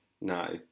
No